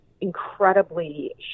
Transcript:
incredibly